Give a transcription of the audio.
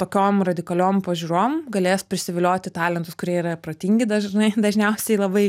tokiom radikaliom pažiūrom galės prisivilioti talentus kurie yra protingi dažnai dažniausiai labai